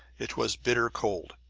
it was bitter cold,